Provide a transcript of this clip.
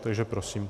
Takže prosím.